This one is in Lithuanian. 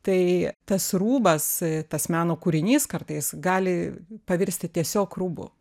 tai tas rūbas tas meno kūrinys kartais gali pavirsti tiesiog rūbu